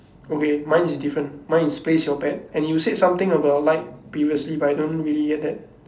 okay mine is different mine is place your bet and you said something about light previously but I don't really get that